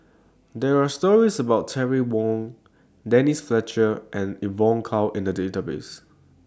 There Are stories about Terry Wong Denise Fletcher and Evon Kow in The Database